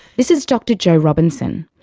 this is dr jo robinson,